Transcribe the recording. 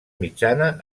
mitjana